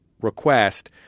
request